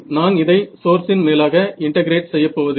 நான் இதை சோர்ஸின் மேலாக இன்டெகிரேட் செய்யப்போவதில்லை